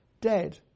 dead